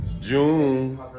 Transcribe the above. June